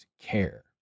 care